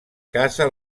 casa